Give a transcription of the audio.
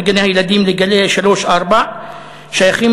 40% מגני-הילדים לגילאי שלוש-ארבע שייכים